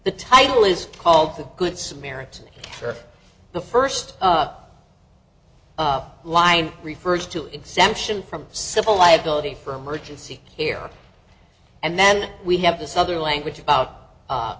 the title is called the good samaritan or the first up line refers to exemption from civil liability for emergency care and then we have this other language about